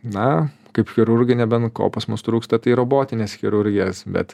na kaip chirurgai nebent ko pas mus trūksta tai robotinės chirurgijos bet